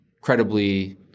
credibly